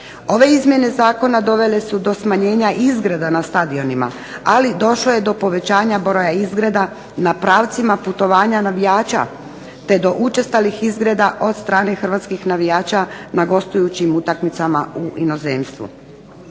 Ove izmjene zakona dovele su do smanjenja izgreda na stadionima, ali došlo je do povećanja broja izgreda na pravcima putovanja navijača, te do učestalih izgreda od strane hrvatskih navijača na gostujućim utakmicama u inozemstvu.